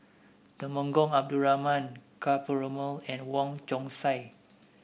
Temenggong Abdul Rahman Ka Perumal and Wong Chong Sai